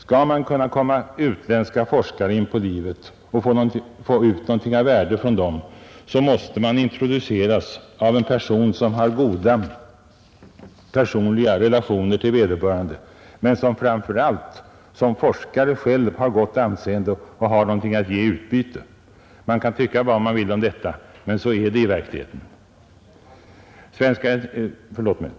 Skall man kunna komma utländska forskare in på livet och få ut någonting av värde från dem, så måste man introduceras av en person som har goda personliga relationer till vederbörande men som framför allt som forskare själv har gott anseende och har någonting att ge i utbyte. Man kan tycka vad man vill om detta, men så är det i verkligheten.